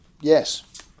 Yes